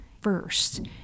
first